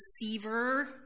receiver